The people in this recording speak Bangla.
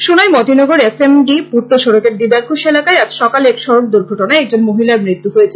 Sonai Matinagar S M D পূর্ত সড়কের দিদারখুশ এলাকায় আজ সকালে এক সড়ক দূর্ঘটনায় একজন মহিলার মৃত্যু হয়েছে